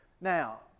Now